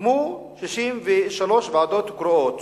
הוקמו 63 ועדות קרואות